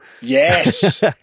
Yes